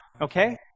Okay